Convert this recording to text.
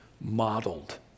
Modeled